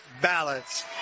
ballots